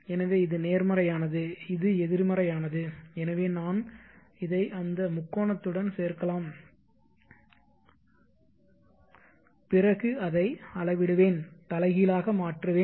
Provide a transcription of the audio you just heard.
எனவே இது நேர்மறையானது இது எதிர்மறையானது எனவே நான் இதை அந்த முக்கோணத்துடன் சேர்க்கலாம் பிறகு அதை அளவிடுவேன் தலைகீழாக மாற்றுவேன்